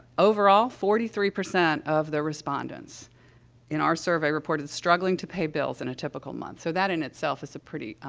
overall, forty three percent of the respondents in our survey reported struggling to pay bills in a typical month. so, that in itself is a pretty, um,